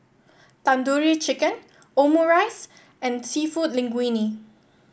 Tandoori Chicken Omurice and seafood Linguine